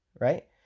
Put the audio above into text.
right